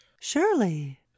Surely